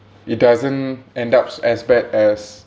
it doesn't end up as bad as